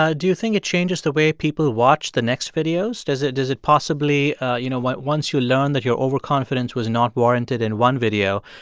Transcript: ah do you think it changes the way people watch the next videos? does it does it possibly you know, once you learn that your overconfidence was not warranted in one video,